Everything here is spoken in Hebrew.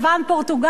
פורטוגל,